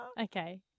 Okay